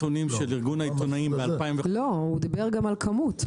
גם הנתונים של ארגון העיתונאים --- הוא דיבר גם על כמות,